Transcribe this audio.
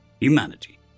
Humanity